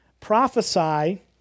Prophesy